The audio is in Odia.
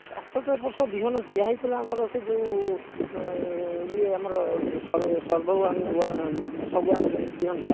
ଚାଷ ତ ଏ ବର୍ଷ ବିହନ ଦିଆହେଇଥିଲା ଆମର ସେ ଯେଉଁ ଇଏ ଆମର ସର୍ବେ ୱାନ ୱାନ ସର୍ବେନିୟତା